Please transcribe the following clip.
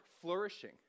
flourishing